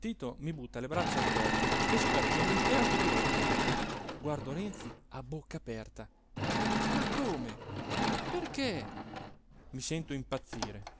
tito mi butta le braccia al collo e scoppia in un pianto dirotto guardo renzi a bocca aperta ma come erché i sento impazzire